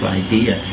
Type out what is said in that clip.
idea